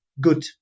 good